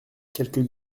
quelques